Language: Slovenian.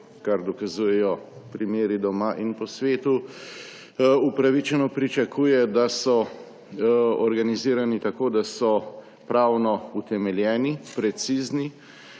kar dokazujejo primeri doma in po svetu, upravičeno pričakuje, da so organizirane tako, da so pravno utemeljene, precizne,